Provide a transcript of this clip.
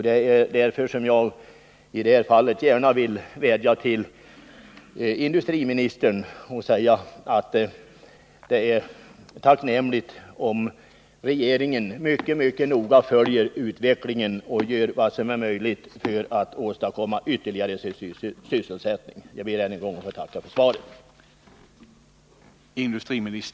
Det är därför som jag i detta fall gärna vill vädja till industriministern och säga att det är tacknämligt om regeringen mycket noga följer utvecklingen och gör vad som är möjligt för att åstadkomma ytterligare sysselsättning. Jag ber än en gång att få tacka för svaret.